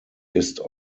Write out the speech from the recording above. ist